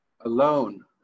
alone